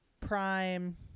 prime